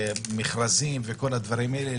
מכרזים וכל הדברים האלה,